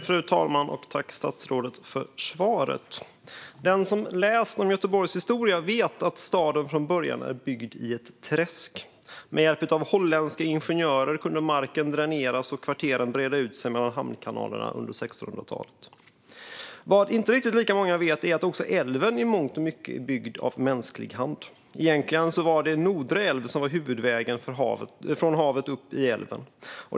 Fru talman! Jag tackar statsrådet för svaret. Den som läst om Göteborgs historia vet att staden från början är byggd i ett träsk. Med hjälp av holländska ingenjörer kunde marken dräneras och kvarteren breda ut sig mellan hamnkanalerna under 1600-talet. Vad inte riktigt lika många vet är att också älven i mångt och mycket är byggd av mänsklig hand. Egentligen var det Nordre älv som var huvudvägen från havet upp i älven.